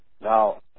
Now